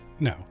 No